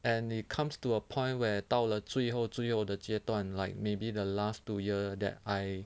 and it comes to a point where 到了最后最后的阶段 like maybe the last two year that I